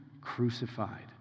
crucified